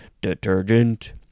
Detergent